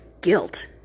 guilt